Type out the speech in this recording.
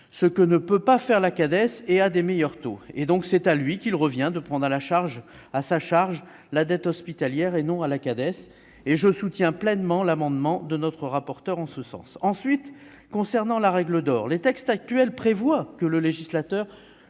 ce que ne peut faire la Cades, et à meilleur taux. C'est à lui qu'il revient de prendre en charge la dette hospitalière et non à la Cades. Je soutiens pleinement l'amendement de notre rapporteur en ce sens. En ce qui concerne la règle d'or, les textes actuels prévoient que le législateur